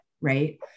right